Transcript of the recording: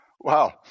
Wow